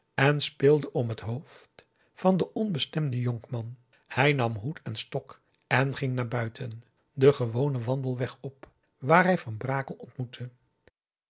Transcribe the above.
en speelde om het hoofd van den ontstemden jonkman hij nam hoed en stok en ging naar buiten den gewonen wandelweg op waar hij van brakel ontmoette